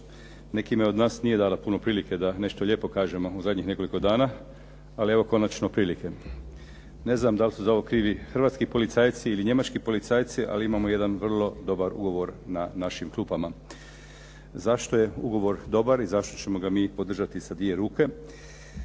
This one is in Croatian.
nekima od nas nije dala puno prilike da nešto lijepo kažemo u zadnjih nekoliko dana, ali evo konačno prilike. Ne znam da li su za ovo krivi hrvatski policajci ili njemački policajci, ali imamo jedan vrlo dobar ugovor na našim klupama. Zašto je ugovor dobar i zašto ćemo ga mi podržati sa dvije ruke